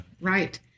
Right